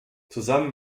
zusammen